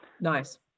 Nice